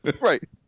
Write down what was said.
Right